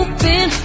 Open